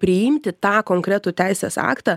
priimti tą konkretų teisės aktą